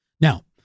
Now